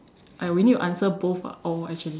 !aiya! we need to answer both ah all actually